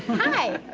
hi.